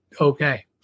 okay